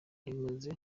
rimaze